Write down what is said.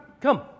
Come